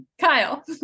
Kyle